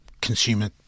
consumer